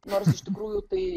nors iš tikrųjų tai